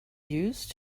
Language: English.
used